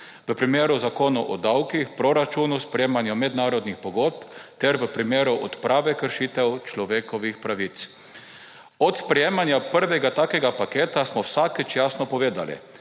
v primeru zakonov o davkih, proračunu, sprejemanju mednarodnih pogodb, ter v primeru odprave kršitev človekovih pravic. Od sprejemanja prvega takega paketa smo vsakič jasno povedali,